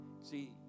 See